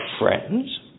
friends